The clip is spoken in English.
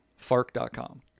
fark.com